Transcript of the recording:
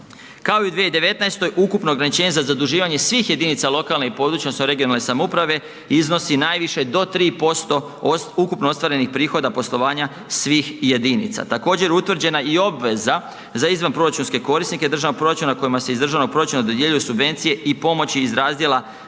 Kao i u 2019., ukupno ograničenje za zaduživanje svih jedinica lokalne i područne odnosno regionalne samouprave, iznosi najviše do 3% ukupno ostvarenih prihoda poslovanja svih jedinica. Također, utvrđena je obveza za izvanproračunske korisnike državnog proračuna kojima se iz državnog proračuna dodjeljuju subvencije i pomoći iz razdjela